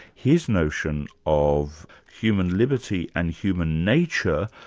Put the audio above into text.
his notion of human liberty and human nature.